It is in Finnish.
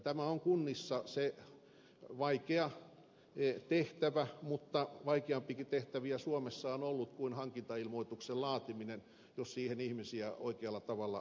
tämä on kunnissa se vaikea tehtävä mutta vaikeampiakin tehtäviä suomessa on ollut kuin hankintailmoituksen laatiminen ja siihen tulee ihmisiä oikealla tavalla kouluttaa